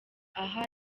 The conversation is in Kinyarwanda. aha